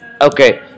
Okay